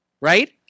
right